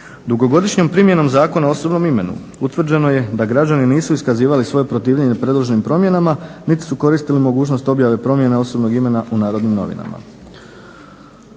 Dugogodišnjom primjenom Zakona o osobnom imenu utvrđeno je da građani nisu iskazivali svoje protivljenje predloženim promjena niti su koristili mogućnost objave promjene osobnog imena u „Narodnim novinama“.